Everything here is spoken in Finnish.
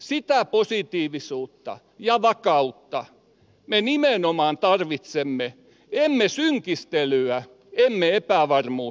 sitä positiivisuutta ja vakautta me nimenomaan tarvitsemme emme synkistelyä emme epävarmuutta